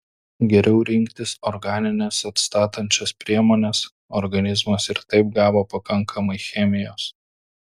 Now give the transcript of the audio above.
geriau rinktis organines atstatančias priemones organizmas ir taip gavo pakankamai chemijos